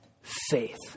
faith